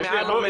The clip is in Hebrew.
מעל ומעבר.